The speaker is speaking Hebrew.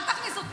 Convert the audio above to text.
אל תכניס אותי,